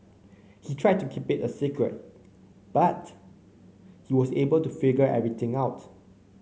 they tried to keep it a secret but he was able to figure everything out